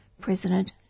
President